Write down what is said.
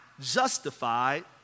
justified